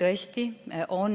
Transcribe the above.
Tõesti on